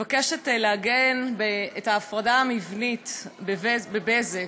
מבקשת לעגן את ההפרדה המבנית ב"בזק".